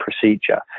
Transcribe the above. procedure